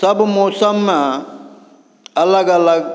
सब मौसममे अलग अलग